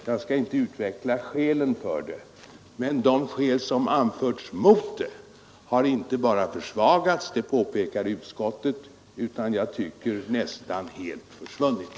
Jag skall inte utveckla skälen härför, men de skäl som anförts mot det har inte bara försvagats — som utskottet påpekat — utan, tycker jag, nästan helt försvunnit.